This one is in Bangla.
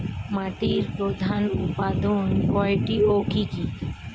মাটির প্রধান উপাদান কয়টি ও কি কি?